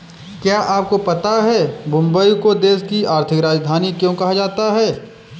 क्या आपको पता है मुंबई को देश की आर्थिक राजधानी क्यों कहा जाता है?